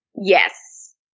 yes